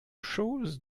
chose